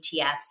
ETFs